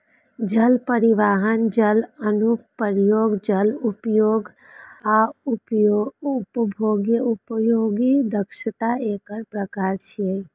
जल परिवहन, जल अनुप्रयोग, जल उपयोग आ उपभोग्य उपयोगक दक्षता एकर प्रकार छियै